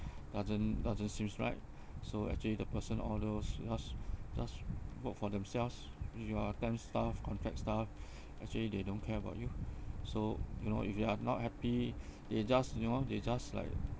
doesn't doesn't seems right so actually the person all those just just work for themselves you are temp staff contract staff actually they don't care about you so you know if you are not happy they just you know they just like